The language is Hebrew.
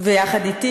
יחד אתך.